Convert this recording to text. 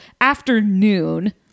afternoon